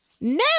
no